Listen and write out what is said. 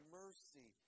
mercy